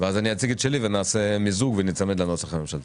ואז אני אציג את שלי ונעשה מיזוג וניצמד לנוסח הממשלתי.